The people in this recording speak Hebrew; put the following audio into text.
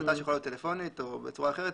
החלטה שיכולה להיות טלפונית או בצורה אחרת,